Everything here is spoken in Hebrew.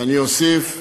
ואני אוסיף,